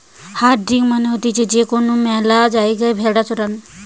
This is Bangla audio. হার্ডিং মানে হতিছে যে কোনো খ্যালা জায়গায় ভেড়া চরানো